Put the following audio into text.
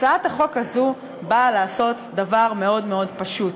הצעת החוק הזאת באה לעשות דבר מאוד מאוד חשוב.